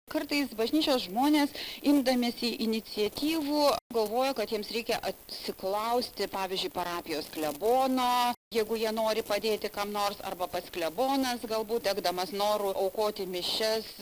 kartasi bažnyčios žmonės imdamiesi iniciatyvų galvoja kad jiems reikia atsiklausti pavyzdžiui parapijos klebono jeigu jie nori padėti kam nors arba pats klebonas galbūt degdamas noru aukoti mišias